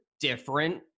different